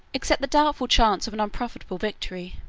except the doubtful chance of an unprofitable victory.